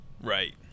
Right